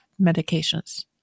medications